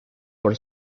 por